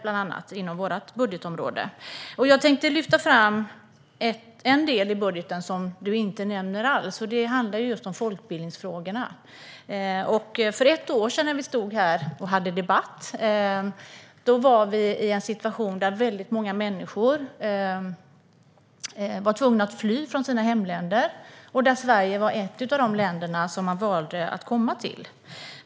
Jag tänkte lyfta fram en del i budgeten som du inte nämner alls, och det är folkbildningsfrågorna. För ett år sedan när vi hade en debatt här hade vi en situation då många människor var tvungna att fly från sina hemländer. Sverige var ett av de länder som man valde att komma till.